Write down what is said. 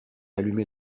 allumé